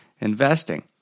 investing